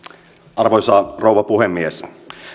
arvoisa rouva puhemies